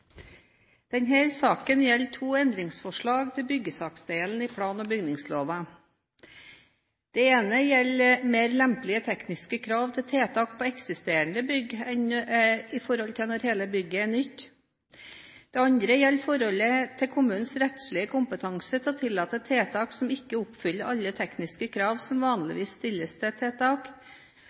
Det ene gjelder mer lempelige tekniske krav til tiltak på eksisterende bygg i forhold til når hele bygget er nytt. Det andre gjelder kommunenes rettslige kompetanse til å tillate et tiltak som ikke oppfyller alle tekniske krav som vanligvis stilles til et tiltak,